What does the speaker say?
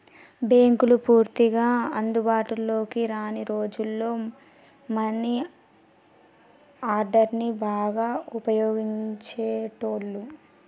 బ్యేంకులు పూర్తిగా అందుబాటులోకి రాని రోజుల్లో మనీ ఆర్డర్ని బాగా వుపయోగించేటోళ్ళు